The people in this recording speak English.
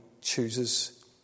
chooses